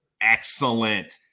excellent